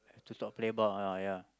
have to stop play ball oh ya ya